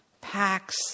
Packs